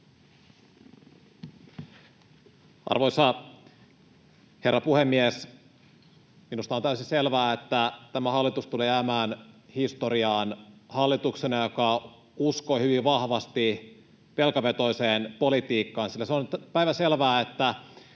Arvoisa herra puhemies! Minusta on täysin selvää, että tämä hallitus tulee jäämään historiaan hallituksena, joka uskoi hyvin vahvasti velkavetoiseen politiikkaan, sillä se on päivänselvää, että